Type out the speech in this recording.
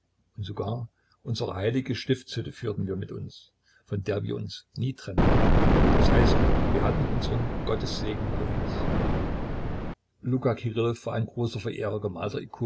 und sogar unsere heilige stiftshütte führten wir mit uns von der wir uns nie trennten das heißt wir hatten unseren gottessegen bei uns luka kirillow war ein großer verehrer